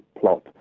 plot